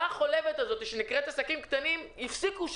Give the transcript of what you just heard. החולבת הזאת שנקראת עסקים קטנים הפסיקו,